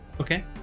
okay